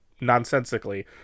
nonsensically